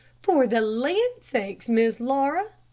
for the land sakes, miss laura,